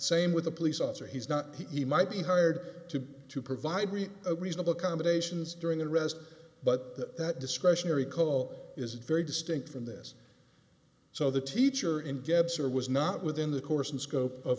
same with a police officer he's not he might be hired to to provide a reasonable accommodations during the rest but that discretionary call is very distinct from this so the teacher in gaps or was not within the course and scope of